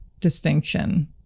distinction